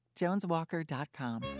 JonesWalker.com